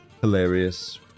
Hilarious